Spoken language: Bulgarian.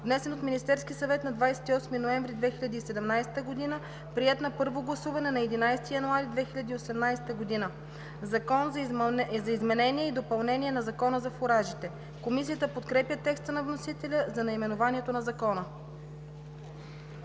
внесен от Министерския съвет на 28 ноември 2017 г., приет на първо гласуване на 11 януари 2018 г. „Закон за изменение и допълнение на Закона за фуражите“. Комисията подкрепя текста на вносителя за наименованието на Закона.